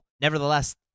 Nevertheless